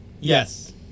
Yes